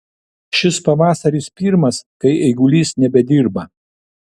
šis pavasaris pirmas kai eigulys nebedirba